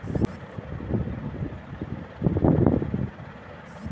apricot বা খুবানি এক রকমের ছোট্ট ফল যেটা খাওয়া হয়